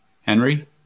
Henry